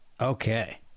Okay